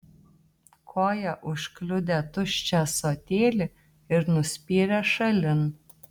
koja užkliudė tuščią ąsotėlį ir nuspyrė šalin